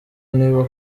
niba